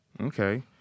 Okay